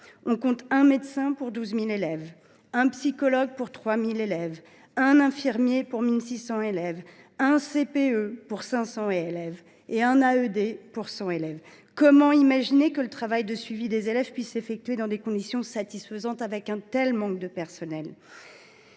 on compte un médecin pour 12 000 élèves, un psychologue pour 3 000 élèves, un infirmier pour 1 600 élèves, un CPE pour 500 élèves et un AED pour 100 élèves. Comment imaginer que le travail de suivi des élèves puisse s’effectuer dans des conditions satisfaisantes avec un tel manque de personnel ?